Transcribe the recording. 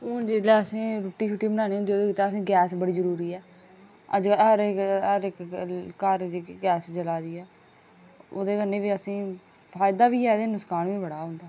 हून जेल्लै असें रुट्टी शुट्टी बनानी होंदी असें गैस बड़ी जरूरी ऐ अज्ज हर हर इक घर जेह्ड़ी गैस जला दी ऐ ओह्दे कन्नै बी असेंगी फायदा बी ऐ ते नुक्सान बी बड़ा होंदा